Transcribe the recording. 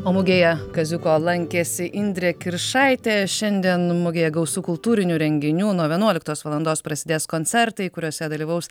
o mugėje kaziuko lankėsi indrė kiršaitė šiandien mugėje gausu kultūrinių renginių nuo vienuoliktos valandos prasidės koncertai kuriuose dalyvaus